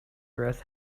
growth